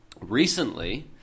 recently